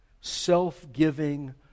self-giving